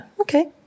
okay